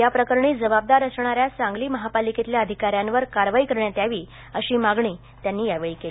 याप्रकरणी जबाबदार असणाऱ्या सांगली महापालिकेतल्या अधिकाऱ्यांवर कारवाई करण्यात यावी अशी मागणी त्यांनी यावेळी केली